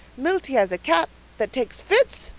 milty has a cat that takes fits.